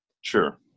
sure